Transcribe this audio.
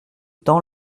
temps